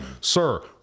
sir